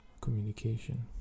communication